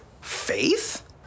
faith